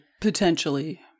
Potentially